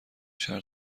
شهر